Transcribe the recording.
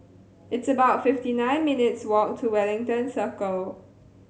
it's about fifty nine minutes' walk to Wellington Circle